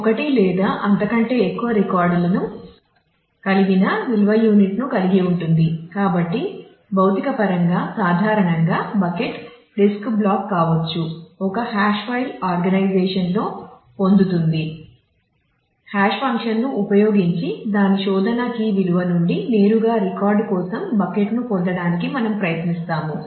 static హాషింగ్ను పొందడానికి మనము ప్రయత్నిస్తాము